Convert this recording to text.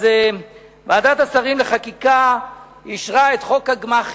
ועדת השרים לחקיקה אישרה את חוק הגמ"חים,